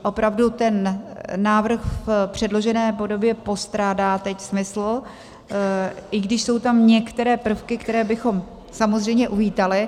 Opravdu, ten návrh v předložené podobě teď postrádá smysl, i když jsou tam některé prvky, které bychom samozřejmě uvítali.